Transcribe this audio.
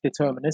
deterministic